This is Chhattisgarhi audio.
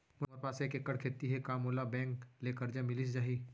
मोर पास एक एक्कड़ खेती हे का मोला बैंक ले करजा मिलिस जाही?